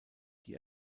die